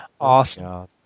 Awesome